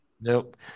Nope